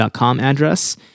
address